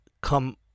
come